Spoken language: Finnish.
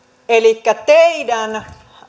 elikkä teidän